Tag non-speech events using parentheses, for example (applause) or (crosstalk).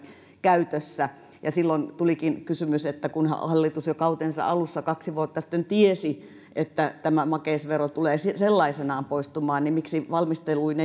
käytössä ja silloin tulikin kysymys kun hallitus jo kautensa alussa kaksi vuotta sitten tiesi että tämä makeisvero tulee sellaisenaan poistumaan miksi valmisteluihin (unintelligible)